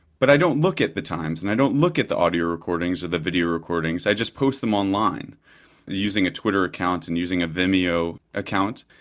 but i don't look at the times and i don't look at the audio recordings or the video recordings, i just post them online using a twitter account and using a vimeo account,